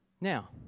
Now